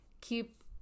keep